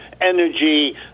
energy